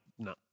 No